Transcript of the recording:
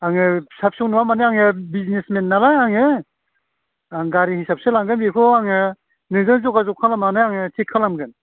आङो फिसा फिसौ नङा माने आङो बिजनेसमेन नालाय आङो आं गारि हिसाबसो लागोन बेखौ आङो नोंसोर जगाजग खालामनानै आङो थिख खालामगोन